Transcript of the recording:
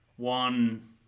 One